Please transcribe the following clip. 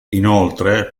inoltre